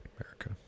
America